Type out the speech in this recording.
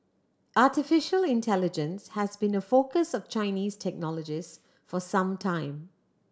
artificial intelligence has been a focus of Chinese technologists for some time